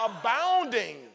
abounding